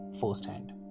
firsthand